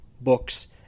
books